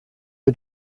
are